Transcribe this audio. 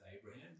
Abraham